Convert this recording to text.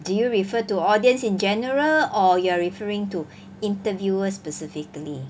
do you refer to audience in general or you are referring to interviewer specifically